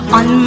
on